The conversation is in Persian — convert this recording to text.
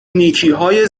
نیکیهای